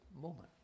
moment